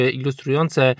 ilustrujące